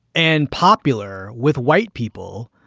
and popular with white people,